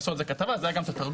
עשו על זה כתבה אז היה גם את התרגום